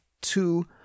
two